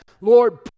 Lord